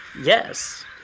yes